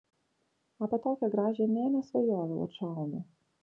apie tokią gražią nė nesvajojau atšaunu